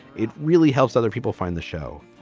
it really helps other people find the show.